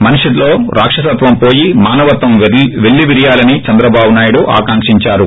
మనిషిలో రాక్షసత్వం పోయి మానవత్వం పెల్లీవిరియాలని చంద్రబాబు ఆకాంకించారు